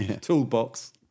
toolbox